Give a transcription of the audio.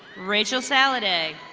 rachel saladay.